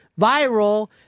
Viral